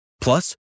Plus